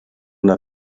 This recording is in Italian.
una